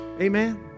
Amen